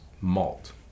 malt